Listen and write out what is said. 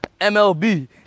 MLB